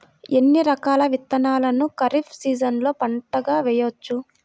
ఎన్ని రకాల విత్తనాలను ఖరీఫ్ సీజన్లో పంటగా వేయచ్చు?